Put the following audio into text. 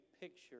picture